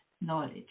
knowledge